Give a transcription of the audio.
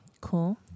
Cool